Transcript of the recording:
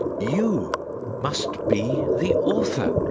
you must be the author.